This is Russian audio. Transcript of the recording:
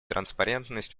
транспарентность